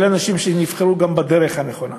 אלא גם אנשים שנבחרו בדרך הנכונה.